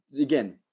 again